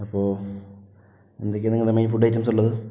അപ്പോൾ എന്തൊക്കെയാണ് നിങ്ങളുടെ മെയിൻ ഫുഡ് ഐറ്റംസ് ഉള്ളത്